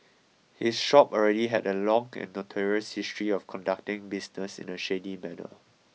his shop already had a long and notorious history of conducting business in a shady manner